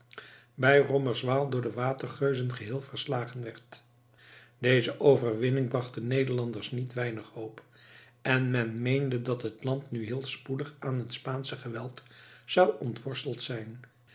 bij romerswaal door de watergeuzen geheel verslagen werd deze overwinning bracht den nederlanders niet weinig hoop en men meende dat het land nu heel spoedig aan het spaansch geweld zou ontworsteld zijn